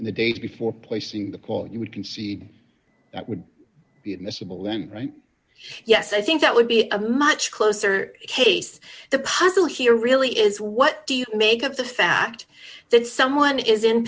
in the data before placing the quote you would concede that would be admissible then right yes i think that would be a much closer case the puzzle here really is what do you make of the fact that someone is in